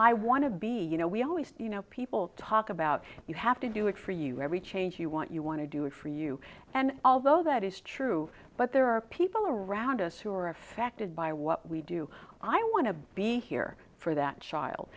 i want to be you know we always you know people talk about you have to do it for you every change you want you want to do it for you and although that is true but there are people around us who are affected by what we do i want to be here for that child